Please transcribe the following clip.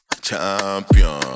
Champion